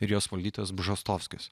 ir jos valdytojas bžostovskis